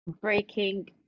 breaking